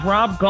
Rob